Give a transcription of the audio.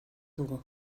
dugu